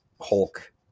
Hulk